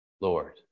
Lord